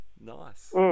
Nice